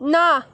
না